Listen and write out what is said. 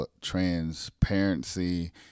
transparency